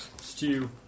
stew